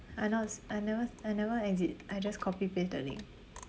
I not s~ I never I never exit I just copy paste the link